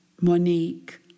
Monique